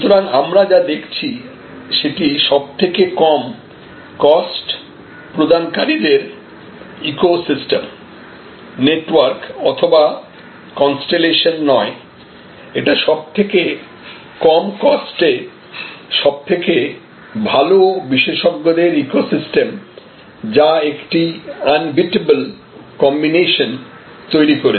সুতরাং আমরা যা দেখছি সেটি সবথেকে কম কস্ট প্রদানকারীদের ইকোসিস্টেম নেটওয়ার্ক অথবা কন্সটেলেশন নয় এটি সবথেকে কম কস্ট এ সবথেকে ভালো বিশেষজ্ঞ দের ইকোসিস্টেম যা একটি আনবিটেবল কম্বিনেশন তৈরি করেছে